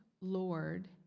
Lord